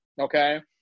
Okay